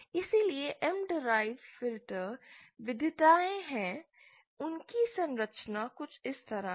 इसलिए M derived filter विविधताएँ हैं उनकी संरचना कुछ इस तरह है